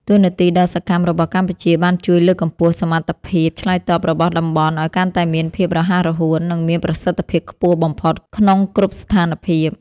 តួនាទីដ៏សកម្មរបស់កម្ពុជាបានជួយលើកកម្ពស់សមត្ថភាពឆ្លើយតបរបស់តំបន់ ឱ្យកាន់តែមានភាពរហ័សរហួន និងមានប្រសិទ្ធភាពខ្ពស់បំផុតក្នុងគ្រប់ស្ថានភាព។